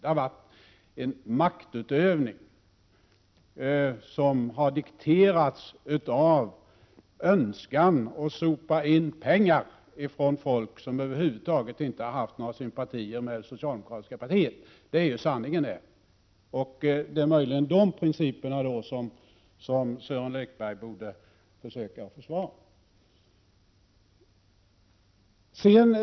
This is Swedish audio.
Det har rört sig om en maktutövning som har dikterats av en önskan att sopa in pengar ifrån folk som över huvud taget inte har haft några sympatier för det socialdemokratiska partiet. Det är sanningen. Det är möjligt att det är de principerna som Sören Lekberg borde försöka försvara.